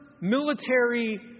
military